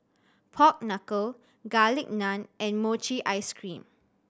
pork knuckle Garlic Naan and mochi ice cream